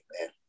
man